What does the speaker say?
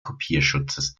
kopierschutzes